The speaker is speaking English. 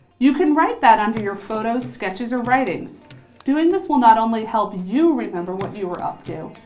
you can write that under your photos sketches or writings doing this will not only help you remember what you were up to,